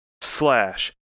slash